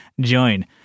join